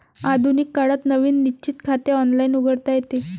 आधुनिक काळात नवीन निश्चित खाते ऑनलाइन उघडता येते